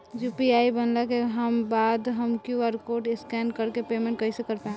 UPI बनला के बाद हम क्यू.आर कोड स्कैन कर के पेमेंट कइसे कर पाएम?